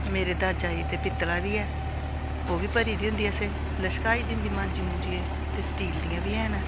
मेरे दाजा दी ते पित्तला दी ऐ ओह् बी भरी दी होंदी असें लश्काई दी होंदी मांजी मुंजियै ते स्टील दियां बी हैन